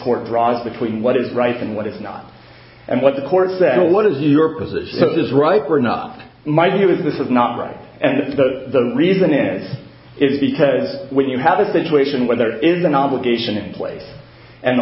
court draws between what is right and what is not and what the courts that what is your position is right or not my view is this is not right and the reason it is because when you have a situation where there is an obligation in place and the